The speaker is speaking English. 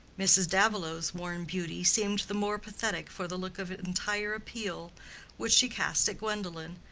mrs. davilow's worn beauty seemed the more pathetic for the look of entire appeal which she cast at gwendolen,